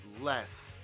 less